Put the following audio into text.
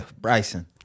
Bryson